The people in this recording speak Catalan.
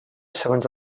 segons